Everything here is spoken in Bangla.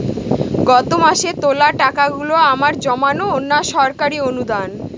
গত মাসের তোলা টাকাগুলো আমার জমানো না সরকারি অনুদান?